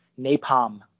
napalm